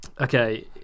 Okay